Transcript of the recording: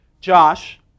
Josh